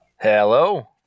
Hello